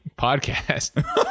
podcast